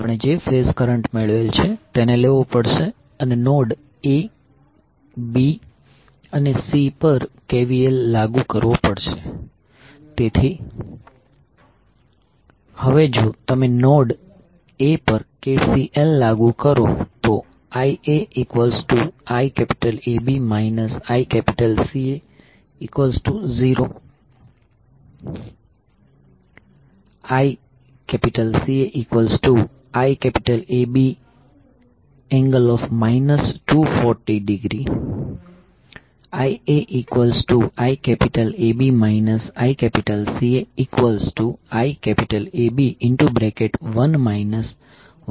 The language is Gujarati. આપણે જે ફેઝ કરંટ મેળવેલ છે તેને લેવો પડશે અને નોડ A B અને C પર KCL લાગુ કરવો પડશે તેથી હવે જો તમે નોડ A પર KCL લાગુ કરો તો IaIAB ICA0 ICAIAB∠ 240° IaIAB ICAIAB1 1∠ 240° IAB10